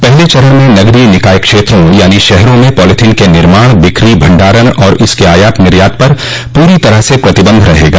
पहले चरण में नगरीय निकाय क्षेत्रों यानी शहरों में पॉलिथीन के निर्माण बिकी भण्डारण व इसके आयात निर्यात पर पूरी तरह से प्रतिबंध रहेगा